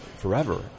forever